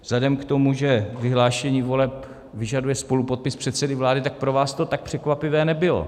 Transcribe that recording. Vzhledem k tomu, že vyhlášení voleb vyžaduje spolupodpis předsedy vlády, tak pro vás to tak překvapivé nebylo.